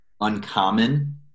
uncommon